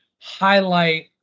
highlight